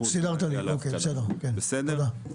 בסדר, תודה.